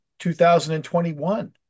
2021